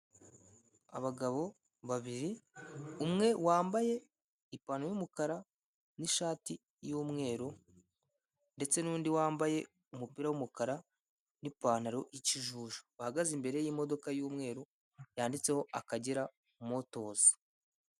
Abagabo babiri umwe wambaye ipantaro y'umukara n'ishati y'umweru ndetse n'undi wambaye umupira w'umukara n'ipantaro y'ikijuju bahagaze imbere y'imodoka y'umweru yanditseho akagera motozi.